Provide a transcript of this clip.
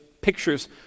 pictures